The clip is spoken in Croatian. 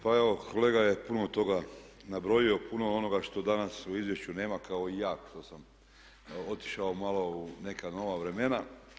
Pa evo kolega je puno toga nabrojio, puno onoga što danas u Izvješću nema kao i ja što sam otišao malo u neka nova vremena.